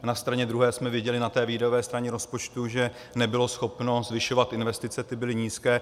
Na straně druhé jsme viděli, na té výdajové straně rozpočtu, že nebylo schopno zvyšovat investice, ty byly nízké.